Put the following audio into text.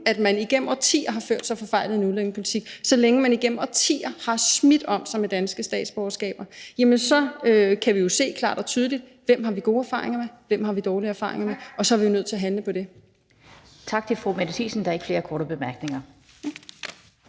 man har igennem årtier ført en forfejlet udlændingepolitik, man har igennem årtier smidt om sig med danske statsborgerskaber, og så kan vi jo se klart og tydeligt: Hvem har vi gode erfaringer med, og hvem har vi dårlige erfaringer med? Og så er vi nødt til at handle på det. Kl. 19:08 Den fg. formand (Annette Lind): Tak til fru Mette Thiesen. Der er ikke flere korte bemærkninger,